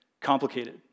complicated